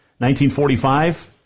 1945